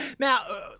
Now